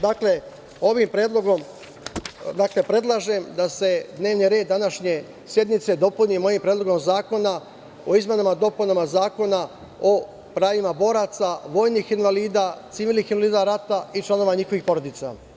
Dakle, ovim predlogom predlažem da se dnevni red današnje sednice dopuni mojim Predlogom zakona o izmenama i dopunama Zakona o pravima boraca, vojnih invalida, civilnih invalida rata i članova njihovih porodica.